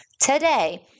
today